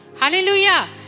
Hallelujah